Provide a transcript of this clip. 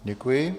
Děkuji.